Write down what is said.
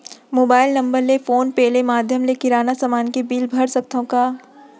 Mobile number ले PhonePe ले माधयम ले किराना समान के बिल भर सकथव का?